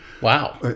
Wow